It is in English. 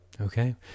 okay